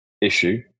issue